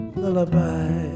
lullaby